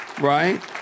Right